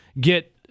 get